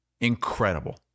Incredible